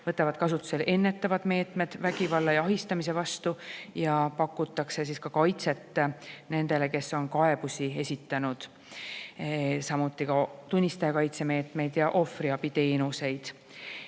võtavad kasutusele ennetavad meetmed vägivalla ja ahistamise vastu ja pakuvad kaitset nendele, kes on kaebusi esitanud, samuti tunnistajakaitse meetmeid ja ohvriabiteenuseid.